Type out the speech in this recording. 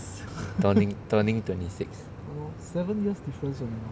turning twenty six